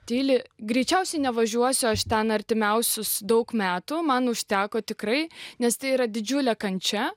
tyli greičiausiai nevažiuosiu aš ten artimiausius daug metų man užteko tikrai nes tai yra didžiulė kančia